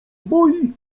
boi